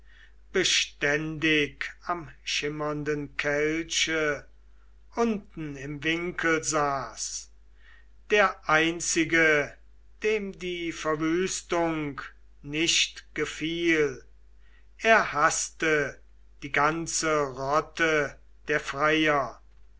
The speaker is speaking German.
beständig am schimmernden kelche unten im winkel saß der einzige dem die verwüstung nicht gefiel er haßte die ganze rotte der freier